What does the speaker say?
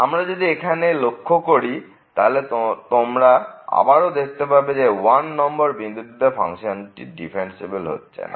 আমরা যদি এইখানে লক্ষ করি তাহলে তোমরা আবারো দেখতে পাবে যে 1 নম্বর বিন্দুতে ফাংশনটি ডিফারেন্সিএবেল হচ্ছে না